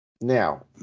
Now